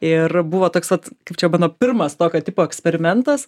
ir buvo toks vat kaip čia mano pirmas tokio tipo eksperimentas